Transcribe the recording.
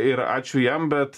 ir ačiū jiem bet